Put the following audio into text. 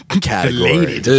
category